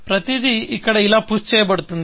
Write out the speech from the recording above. ప్రతిదీ ఇక్కడ ఇలా పుష్ చేయబడుతుంది